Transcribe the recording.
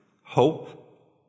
hope